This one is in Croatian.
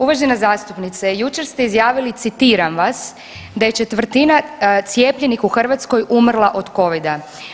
Uvažena zastupnice, jučer ste izjavili citiram vas da je četvrtina cijepljenih u Hrvatskoj umrla od covida.